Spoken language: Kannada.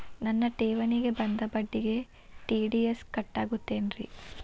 ನನ್ನ ಠೇವಣಿಗೆ ಬಂದ ಬಡ್ಡಿಗೆ ಟಿ.ಡಿ.ಎಸ್ ಕಟ್ಟಾಗುತ್ತೇನ್ರೇ?